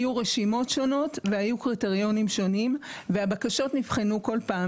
היו רשימות שונות והיו קריטריונים שונים והבקשות נבחנו כל פעם,